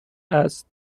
است